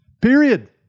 Period